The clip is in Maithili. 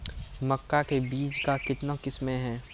मक्का के बीज का कितने किसमें हैं?